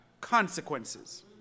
consequences